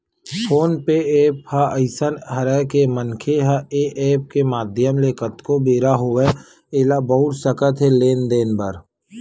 phone पे app ह अइसन हरय के मनखे ह ऐ ऐप के माधियम ले कतको बेरा होवय ऐला बउर सकत हे लेन देन बर